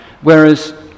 Whereas